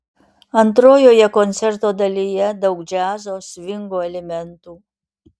antrojoje koncerto dalyje daug džiazo svingo elementų